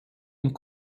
und